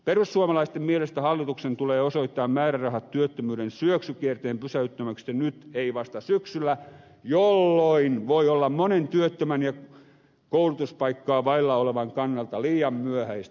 perussuomalaisten mielestä hallituksen tulee osoittaa määrärahat työttömyyden syöksykierteen pysäyttämiseksi nyt ei vasta syksyllä jolloin voi olla monen työttömän ja koulutuspaikkaa vailla olevan kannalta liian myöhäistä